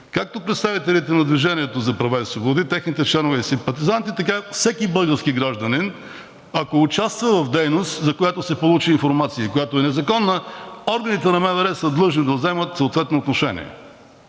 както представителите на „Движение за права и свободи“ – техните членове и симпатизанти, така и всеки български гражданин, ако участва в дейност, за която се получи информация и която е незаконна, органите на МВР са длъжни да вземат съответно отношение.